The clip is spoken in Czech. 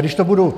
Když to budu